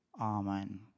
Amen